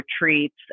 retreats